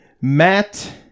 Matt